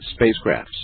spacecrafts